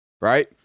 right